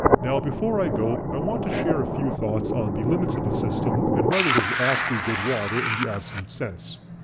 now before i go, i want to share a few thoughts on the limits of the system and whether this is actually good water in the absolute sense.